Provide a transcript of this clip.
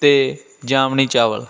ਅਤੇ ਜਾਮਣੀ ਚਾਵਲ